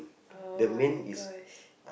oh-my-gosh